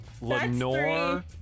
Lenore